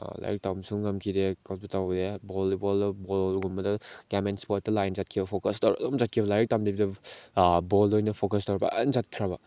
ꯂꯥꯏꯔꯤꯛ ꯇꯝꯕꯁꯨ ꯉꯝꯈꯤꯗꯦ ꯕꯣꯂꯤꯕꯣꯜ ꯕꯣꯜꯒꯨꯝꯕꯗ ꯒꯦꯝ ꯑꯦꯟ ꯏꯁꯄꯣꯔꯠꯇ ꯂꯥꯏꯟ ꯆꯠꯈꯤꯕ ꯐꯣꯀꯁ ꯇꯧꯔ ꯑꯗꯨꯝ ꯆꯠꯈꯤꯕ ꯂꯥꯏꯔꯤꯛ ꯇꯝꯗꯕꯤꯗ ꯕꯣꯜꯗ ꯑꯣꯏꯅ ꯐꯣꯀꯁ ꯇꯧꯔ ꯐꯖꯅ ꯆꯠꯈ꯭ꯔꯕ